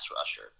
rusher